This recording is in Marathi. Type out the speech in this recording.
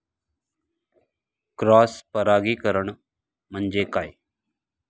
क्रॉस परागीकरण म्हणजे काय?